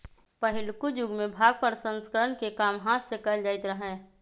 पहिलुक जुगमें भांग प्रसंस्करण के काम हात से कएल जाइत रहै